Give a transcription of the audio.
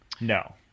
No